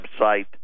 website